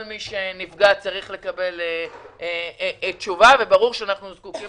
כל מי שנפגע צריך לקבל תשובה וברור שאנחנו זקוקים